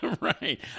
right